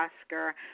Oscar